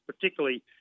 particularly